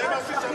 אין עניים.